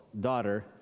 daughter